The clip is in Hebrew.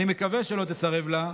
אני מקווה שלא תסרב לה,